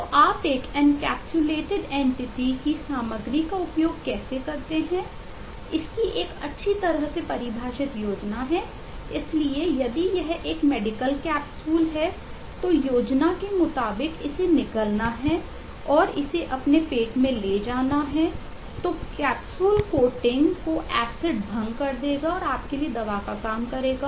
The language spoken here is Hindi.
तो आप एक एनकैप्सुलेटड एनटीटी को एसिड भंग कर देगा और आपके लिए दवा का काम करेगा